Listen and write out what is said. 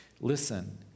Listen